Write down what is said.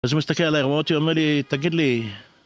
אז הוא מסתכל עליי, רואה אותי ואומר לי, תגיד לי...